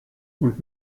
und